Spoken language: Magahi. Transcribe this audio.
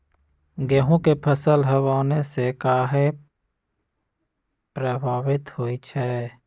गेंहू के फसल हव आने से काहे पभवित होई छई?